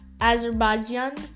Azerbaijan